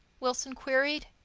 wilson queried.